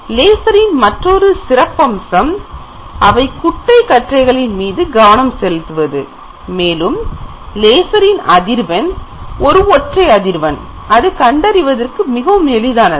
லேசரின் மற்றொரு சிறப்பம்சம் அவை குட்டை கற்றைகளின் மீது கவனம் செலுத்துவது மேலும் லேசரின் அதிர்வெண் ஒரு ஒற்றை அதிர்வெண் அது கண்டறிவதற்கு எளிதானது